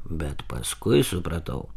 bet paskui supratau